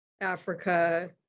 Africa